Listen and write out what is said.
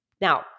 Now